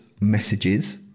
messages